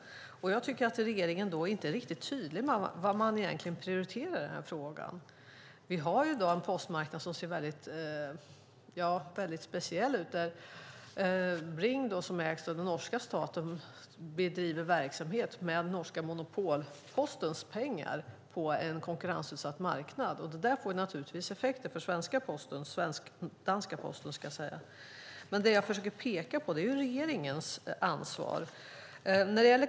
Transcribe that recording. Jag tycker att regeringen inte är riktigt tydlig med vad man egentligen prioriterar. Vi har i dag en postmarknad som ser väldigt speciell ut. Bring, som ägs av den norska staten, bedriver verksamhet med norska monopolpostens pengar på en konkurrensutsatt marknad. Det där får naturligtvis effekter på svensk-danska Posten. Det jag försöker peka på är regeringens ansvar.